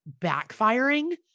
backfiring